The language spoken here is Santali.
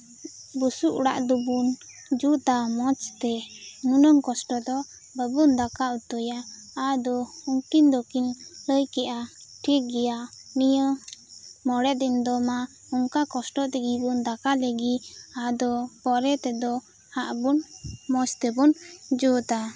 ᱵᱩᱥᱩᱵ ᱚᱲᱟᱜ ᱫᱚᱵᱚᱱ ᱡᱩᱛᱟ ᱢᱚᱸᱡᱽᱛᱮ ᱱᱩᱱᱟᱹᱝ ᱠᱚᱥᱴᱚ ᱫᱚ ᱵᱟᱵᱚᱱ ᱫᱟᱠᱟ ᱩᱛᱩᱭᱟ ᱟᱫᱚ ᱩᱱᱠᱤᱱ ᱫᱚᱠᱤᱱ ᱞᱟᱹᱭ ᱠᱮᱫᱼᱟ ᱴᱷᱤᱠ ᱜᱮᱭᱟ ᱱᱤᱭᱟᱹ ᱢᱚᱬᱮ ᱫᱤᱱ ᱫᱚ ᱢᱟ ᱚᱝᱠᱟ ᱠᱚᱥᱴᱚ ᱛᱮᱜᱮᱵᱚᱱ ᱫᱟᱠᱟ ᱞᱮᱜᱮ ᱟᱫᱚ ᱯᱚᱨᱮ ᱛᱮᱫᱚ ᱦᱟᱸᱜ ᱵᱚᱱ ᱢᱚᱸᱡᱽ ᱛᱮᱵᱚᱱ ᱡᱩᱛᱟ